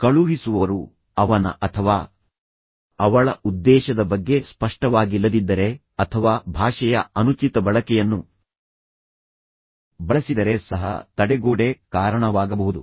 ಕಳುಹಿಸುವವರು ಅವನ ಅಥವಾ ಅವಳ ಉದ್ದೇಶದ ಬಗ್ಗೆ ಸ್ಪಷ್ಟವಾಗಿಲ್ಲದಿದ್ದರೆ ಅಥವಾ ಭಾಷೆಯ ಅನುಚಿತ ಬಳಕೆಯನ್ನು ಬಳಸಿದರೆ ಸಹ ತಡೆಗೋಡೆ ಕಾರಣವಾಗಬಹುದು